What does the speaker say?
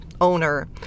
owner